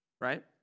right